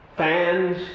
Fans